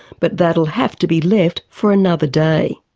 but that will have to be left for another day.